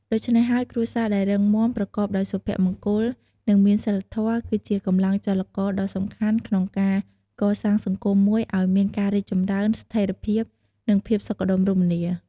ដូច្នេះហើយ គ្រួសារដែលរឹងមាំ ប្រកបដោយសុភមង្គល និងមានសីលធម៌ គឺជាកម្លាំងចលករដ៏សំខាន់ក្នុងការកសាងសង្គមមួយឲ្យមានការរីកចម្រើន ស្ថេរភាព និងភាពសុខដុមរមនា។